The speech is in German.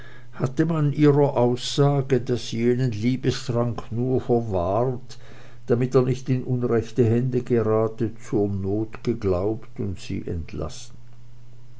hatte man ihrer aussage daß sie jenen liebestrank nur verwahrt damit er nicht in unrechte hände gerate zur not geglaubt und sie entlassen